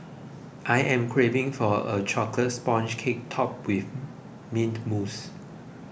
I am craving for a Chocolate Sponge Cake Topped with Mint Mousse